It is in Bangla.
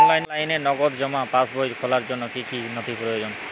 অনলাইনে নগদ জমা পাসবই খোলার জন্য কী কী নথি প্রয়োজন?